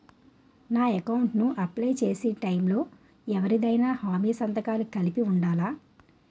నా అకౌంట్ ను అప్లై చేసి టైం లో ఎవరిదైనా హామీ సంతకాలు కలిపి ఉండలా?